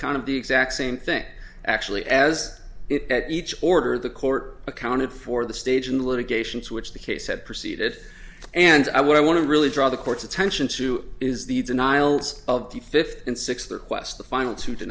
kind of the exact same thing actually as it each order the court accounted for the stage and litigations which the case had proceeded and i what i want to really draw the court's attention to is the denials of the fifth and sixth request the final two